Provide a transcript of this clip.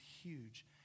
huge